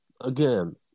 Again